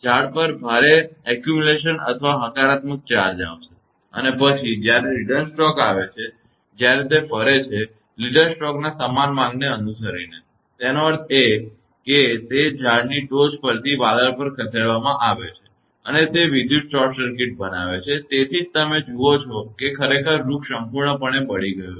કે ઝાડ પર ભારે સંચય અથવા હકારાત્મક ચાર્જ આવશે અને પછી જ્યારે રીટર્ન સ્ટ્રોક આવે છે જ્યારે તે ફરે છે લીડર સ્ટ્રોકના સમાન માર્ગને અનુસરીને તેનો અર્થ એ છે કે તે ઝાડની ટોચ પરથી વાદળ પર ખસેડવામાં આવે છે અને તે વિદ્યુત શોર્ટ સર્કિટ બનાવે છે તેથી જ તમે જુઓ છો કે ખરેખર વૃક્ષ સંપૂર્ણપણે બળી ગયું છે